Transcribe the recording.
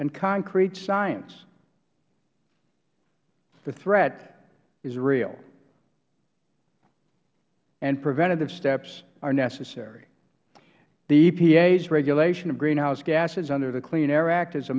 and concrete science the threat is real and preventative steps are necessary the epa's regulation of greenhouse gases under the clean air act is a